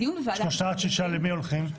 שלושה עד שישה למי הולכים?